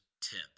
tip